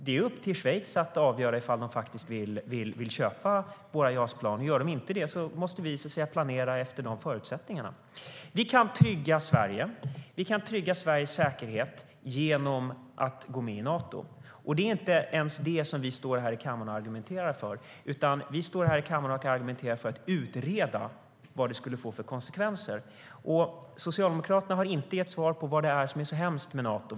Det är upp till Schweiz att avgöra om de vill köpa våra JAS-plan. Om de inte gör det måste vi planera efter de förutsättningarna. Socialdemokraterna har inte gett svar på vad som är så hemskt med Nato.